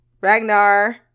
ragnar